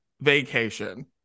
vacation